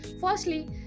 Firstly